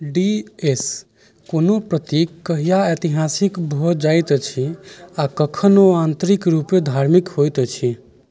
D S कोनो प्रतीक कहिआ ऐतिहासिक भए जाइत अछि आ कखन ओ आंतरिक रूपे धार्मिक होइत अछि